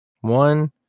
One